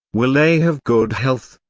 will they have good health?